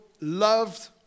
loved